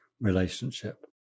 relationship